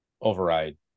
override